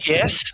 Yes